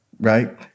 right